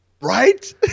Right